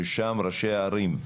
ששם ראשי ערים,